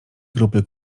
grupy